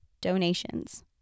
donations